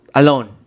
alone